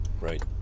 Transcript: Right